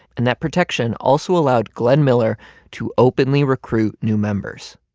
and that protection also allowed glenn miller to openly recruit new members.